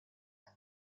han